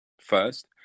first